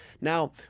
now